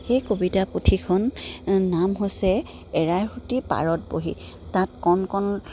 সেই কবিতা পুথিখন নাম হৈছে এৰাই সুতি পাৰত বহি তাত কণ কণ